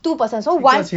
two person so one